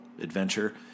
adventure